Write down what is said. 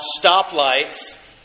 stoplights